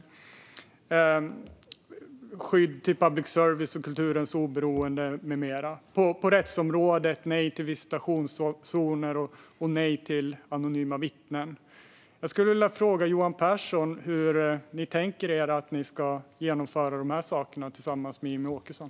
Och ni sa ja till skydd för public services och kulturens oberoende med mera. På rättsområdet sa ni nej till visitationszoner och till anonyma vittnen. Hur tänker ni att ni ska genomföra de sakerna tillsammans med Jimmie Åkesson?